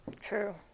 True